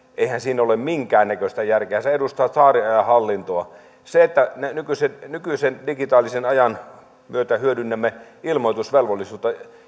eihän siinä ole minkäännäköistä järkeä se edustaa tsaarinajan hallintoa nykyisen nykyisen digitaalisen ajan myötä hyödynnämme ilmoitusvelvollisuutta